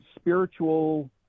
spiritual